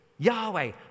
Yahweh